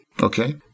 Okay